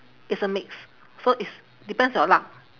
it's a mix so it's depends on your luck